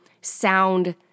sound